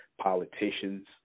Politicians